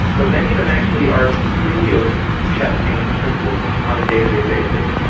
but many of them actually are free of chest pain symptoms on a day-to-day basis.